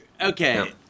Okay